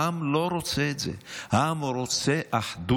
העם לא רוצה את זה, העם רוצה אחדות.